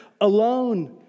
alone